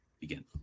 begin